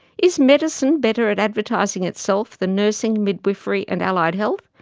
is medicine better at advertising itself than nursing, midwifery and allied health?